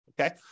okay